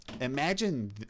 Imagine